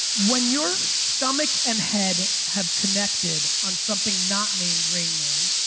when your stomach and head have connected on something not named rain man,